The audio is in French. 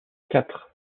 quatre